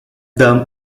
them